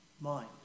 mind